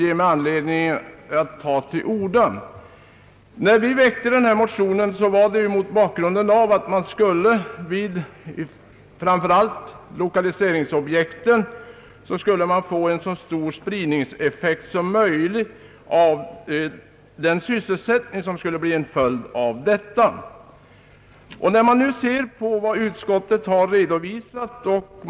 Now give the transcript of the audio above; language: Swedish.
Det finns emellertid några synpunkter att anföra utöver dem som framgår av utlåtandet. Tanken bakom motionerna var att det borde kunna åstadkommas en spridning av den sysselsättning som beredes till följd av lokaliseringspolitiken.